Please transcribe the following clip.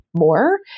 more